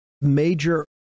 major